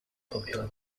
popular